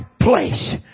place